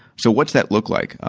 so, what does that look like?